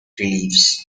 reliefs